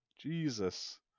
Jesus